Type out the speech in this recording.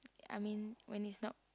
I mean when its not